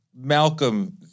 malcolm